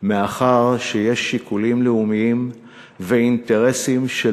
מאחר שיש שיקולים לאומיים ואינטרסים של